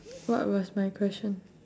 what was my question